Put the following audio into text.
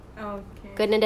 okay